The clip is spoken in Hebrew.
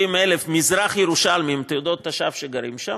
70,000 מזרח ירושלמים עם תעודות תושב שגרים שם,